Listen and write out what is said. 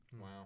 Wow